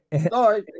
sorry